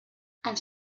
els